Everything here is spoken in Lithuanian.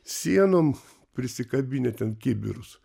sienom prisikabinę ten kibirus